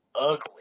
ugly